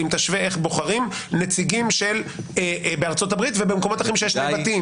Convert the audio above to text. אם תשווה איך בוחרים נציגים בארצות הברית ובמקומות אחרים שיש שני בתים.